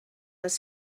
les